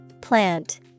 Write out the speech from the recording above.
Plant